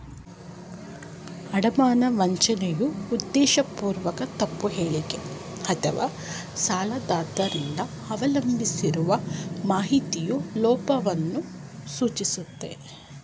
ಅಡಮಾನ ವಂಚನೆಯು ಉದ್ದೇಶಪೂರ್ವಕ ತಪ್ಪು ಹೇಳಿಕೆ ಅಥವಾಸಾಲದಾತ ರಿಂದ ಅವಲಂಬಿಸಿರುವ ಮಾಹಿತಿಯ ಲೋಪವನ್ನ ಸೂಚಿಸುತ್ತೆ